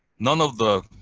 none of the